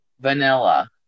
Vanilla